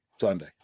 sunday